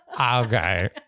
okay